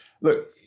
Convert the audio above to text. look